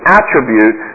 attribute